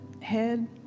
head